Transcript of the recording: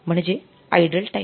म्हणजे idle time